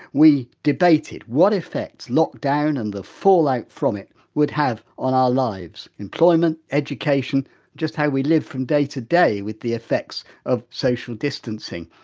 we debated what affects lockdown and the fallout from it would have on our life's employment, education and just how we live from day to day with the affects of social distancing.